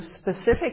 specific